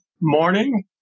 morning